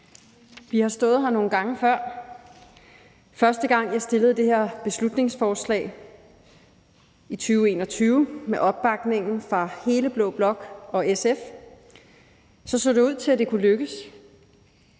Vi har stået her nogle gange før, og første gang, jeg fremsatte det her beslutningsforslag, var i 2021 med opbakning fra hele blå blok og SF, og der så det ud til, at det kunne lykkes.